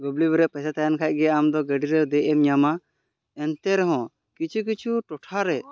ᱵᱟᱵᱽᱞᱤᱵ ᱨᱮ ᱯᱚᱭᱥᱟ ᱛᱟᱦᱮᱱ ᱠᱷᱟᱱ ᱜᱮ ᱟᱢ ᱫᱚ ᱜᱟᱹᱰᱤ ᱨᱮ ᱫᱮᱡ ᱮᱢ ᱧᱟᱢᱟ ᱮᱱᱛᱮ ᱨᱮᱦᱚᱸ ᱠᱤᱪᱷᱩ ᱠᱤᱪᱷᱩ ᱴᱚᱴᱷᱟ ᱨᱮ